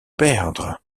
perdre